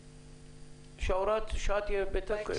שהוראת השעה תהיה בתוקף.